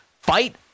fight